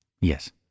Yes